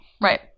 Right